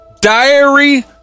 diary